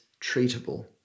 treatable